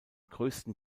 größten